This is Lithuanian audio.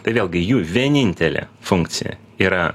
tai vėlgi jų vienintelė funkcija yra